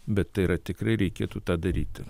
bet tai yra tikrai reikėtų tą daryti